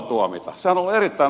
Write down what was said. arvoisa puhemies